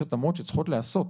יש התאמות שצריכות להיעשות.